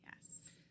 Yes